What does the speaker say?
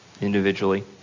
individually